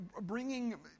bringing